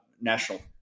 National